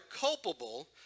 culpable